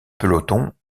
peloton